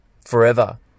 forever